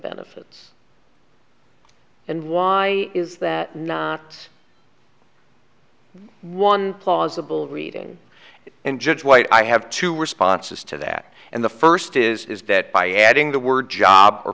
benefits and why is that not one plausible reading it and judge white i have two responses to that and the first is that by adding the word job or